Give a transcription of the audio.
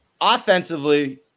offensively